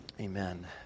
Amen